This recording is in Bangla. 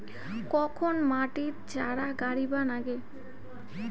কখন মাটিত চারা গাড়িবা নাগে?